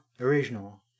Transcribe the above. original